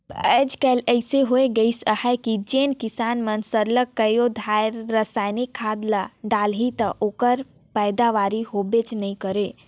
आएज काएल अइसे होए गइस अहे कि जेन किसान मन सरलग कइयो धाएर रसइनिक खाद नी डालहीं ता ओकर पएदावारी होबे नी करे